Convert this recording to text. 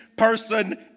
person